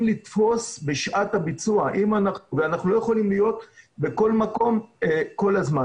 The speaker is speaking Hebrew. לתפוס בשעת הביצוע ואנחנו לא יכולים להיות בכל מקום כל הזמן,